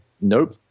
Nope